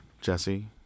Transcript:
Jesse